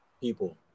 people